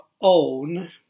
own